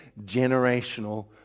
generational